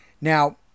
Now